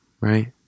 right